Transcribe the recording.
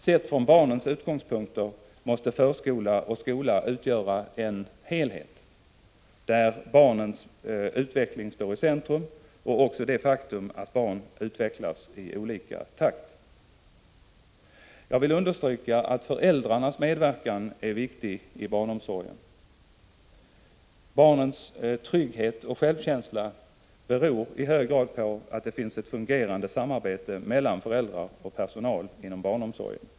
Sett från barnens utgångspunkt måste förskolan och skolan utgöra en helhet, där barnens utveckling står i centrum och där hänsyn tas till det faktum att barn utvecklas i olika takt. Jag vill understryka att föräldrarnas medverkan är viktig i barnomsorgen. Barnens trygghet och självkänsla beror i hög grad på ett fungerande samarbete mellan föräldrar och personal.